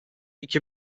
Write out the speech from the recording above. iki